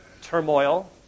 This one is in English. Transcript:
turmoil